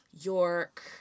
York